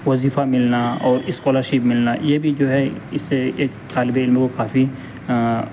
وظیفہ ملنا اور اسکالرشپ ملنا یہ بھی جو ہے اس سے ایک طالب علم کو کافی